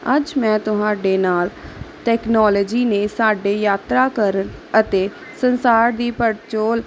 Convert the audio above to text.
ਅੱਜ ਮੈਂ ਤੁਹਾਡੇ ਨਾਲ ਟੈਕਨੋਲੋਜੀ ਨੇ ਸਾਡੇ ਯਾਤਰਾ ਕਰਨ ਅਤੇ ਸੰਸਾਰ ਦੀ ਪੜਚੋਲ